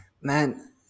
Man